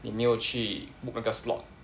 in the end 我去 book 那个 slot